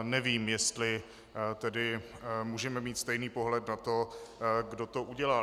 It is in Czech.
Nevím, jestli tedy můžeme mít stejný pohled na to, kdo to udělal.